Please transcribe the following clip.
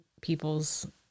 people's